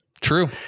True